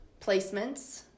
placements